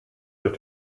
euch